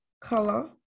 color